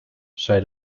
zei